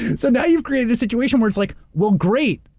and so, now you've created a situation where it's like, well, great.